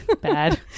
bad